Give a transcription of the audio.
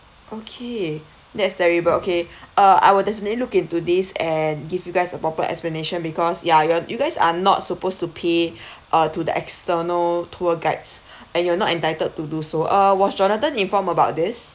okay that's terrible okay uh I will definitely look into this and give you guys a proper explanation because ya you you guys are not supposed to pay uh to the external tour guides and you're not entitled to do so uh was jonathan informed about this